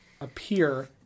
appear